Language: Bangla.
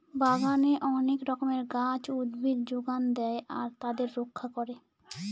বাগানে অনেক রকমের গাছ, উদ্ভিদ যোগান দেয় আর তাদের রক্ষা করে